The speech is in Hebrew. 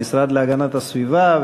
המשרד להגנת הסביבה,